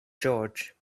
george